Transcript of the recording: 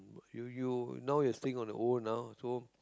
you you now you're staying on your own now so